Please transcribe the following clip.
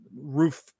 roof